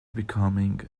becoming